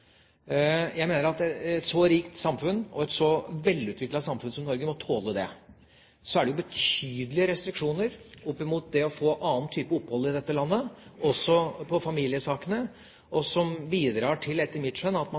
jeg problemer med. Jeg mener at et så rikt samfunn og et så velutviklet samfunn som Norge må tåle det. Så er det jo betydelige restriksjoner med hensyn til det å få annen type opphold i dette landet, også i familiesakene, og som etter mitt skjønn bidrar til at man